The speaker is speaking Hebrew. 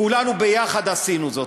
כולנו יחד עשינו זאת.